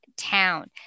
town